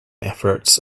efforts